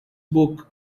book